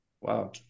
Wow